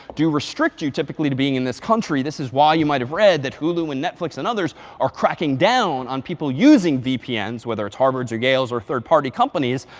do restrict you typically to being in this country this is why you might have read that hulu and netflix and others are cracking down on people using vpns, whether it's harvard's or yale's or a third party companies,